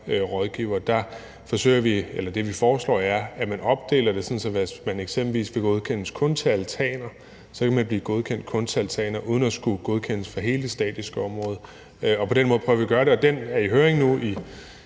rådgivere. Det, vi foreslår, er at opdele det, så man eksempelvis kun bliver godkendt til altaner, for så kan man blive godkendt til kun altaner uden at skulle godkendes for hele det statiske område – og på den måde prøver vi at gøre det. Den er i høring nu –